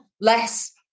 less